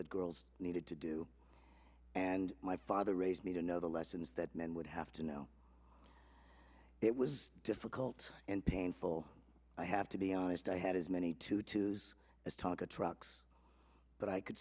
that girls needed to do and my father raised me to know the lessons that men would have to know it was difficult and painful i have to be honest i had as many tutus as talk of trucks but i could